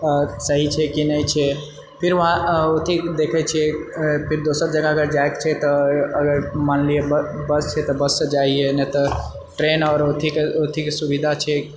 आओर सहि छै कि नहि छै फिर वहाँ अथि देखए छिए फिर दोसर जगह अगर जाएके छै तऽ अगर मान लिए बस छै तऽ बससे जाइए नहि तऽ ट्रेन आओर ओथिके ओथिके सुविधा छै